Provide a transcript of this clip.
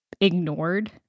ignored